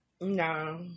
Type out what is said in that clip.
No